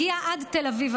הגיעה אפילו עד תל אביב.